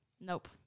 nope